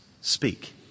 speak